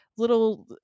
little